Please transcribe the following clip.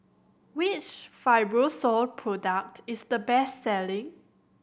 which Fibrosol product is the best selling